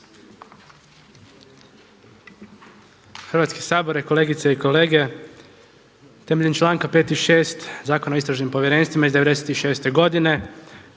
Hrvatski sabor je, kolegice i kolege, temeljem članka 5. i 6. Zakona o istražnim povjerenstvima iz '96. godine